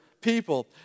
people